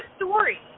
story